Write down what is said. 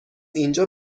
اینجا